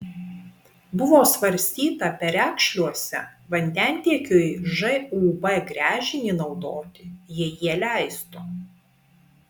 buvo svarstyta perekšliuose vandentiekiui žūb gręžinį naudoti jei jie leistų